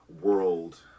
world